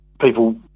people